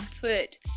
put